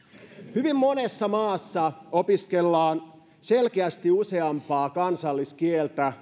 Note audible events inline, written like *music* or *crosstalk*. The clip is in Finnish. hyvin monessa maassa opiskellaan selkeästi useampaa kansalliskieltä *unintelligible*